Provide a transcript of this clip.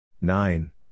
Nine